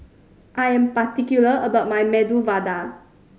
I am particular about my Medu Vada